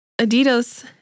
Adidas